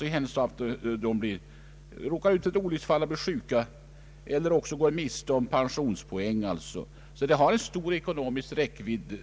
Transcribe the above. i händelse av att man råkar ut för olycksfall eller sjukdom. Pensionspoäng skulle man också gå miste om. Frågan har alltså en stor ekonomisk räckvidd.